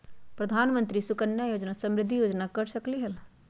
प्रधानमंत्री योजना सुकन्या समृद्धि योजना कर सकलीहल?